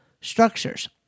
structures